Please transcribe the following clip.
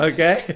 Okay